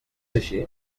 així